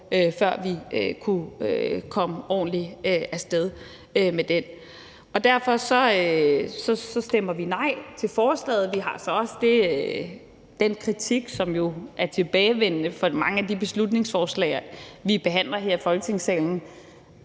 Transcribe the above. før vi kunne komme ordentligt af sted med den. Derfor stemmer vi nej til forslaget. Vi har så også den kritik, som jo er tilbagevendende i forbindelse med mange af de beslutningsforslag, vi behandler her i Folketingsalen,